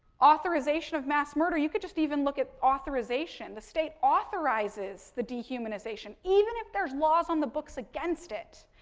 authorization of mass murder, you could just even look at authorization, the state authorizes the dehumanization even if there's laws on the books against it,